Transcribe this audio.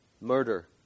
murder